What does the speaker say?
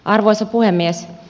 arvoisa puhemies